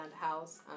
house